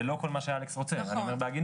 זה לא כל מה שאלכס רוצה, אני אומר בהגינות.